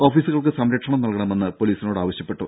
ഓഫീസുകൾക്ക് സംരക്ഷണം നൽകണമെന്ന് പൊലീസിനോടാവശ്യപ്പെട്ടു